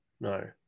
No